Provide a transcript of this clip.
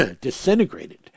disintegrated